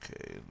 okay